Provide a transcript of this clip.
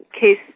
case